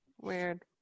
weird